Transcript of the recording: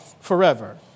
forever